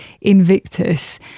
Invictus